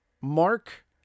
Mark